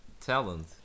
Talent